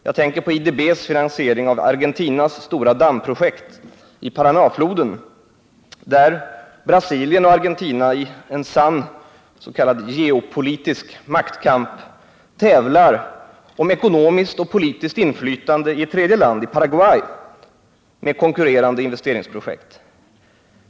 Jag tänker på IDB:s finansiering av Argentinas stora dammprojekt i Paranåfloden, där Brasilien och Argentina i en sann ”geopolitisk” maktkamp tävlar om ekonomiskt och politiskt inflytande i ett tredje land, Paraguay, med konkurrerande investeringsprojekt.